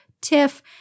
Tiff